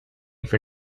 for